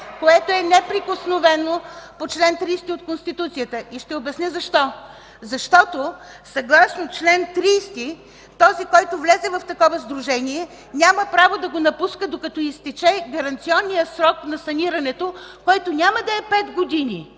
което е неприкосновено по чл. 30 от Конституцията, и ще обясня защо. Защото съгласно чл. 30 този, който влезе в такова сдружение, няма право да го напуска, докато изтече гаранционният срок на санирането, който няма да е 5 години,